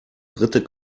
dritte